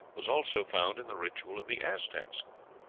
was also found in the ritual of the aztecs.